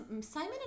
Simon